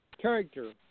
character